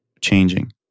changing